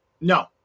No